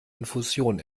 infusion